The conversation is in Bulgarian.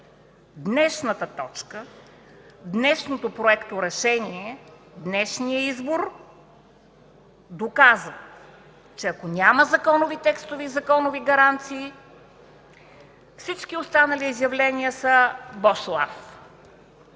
Днешната точка, днешното проекторешение, днешният избор доказват, че ако няма законови текстове и законови гаранции, всички останали изявления са бош лаф.